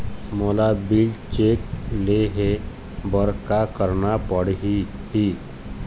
मोला bill check ले हे बर का करना पड़ही ही?